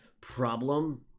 problem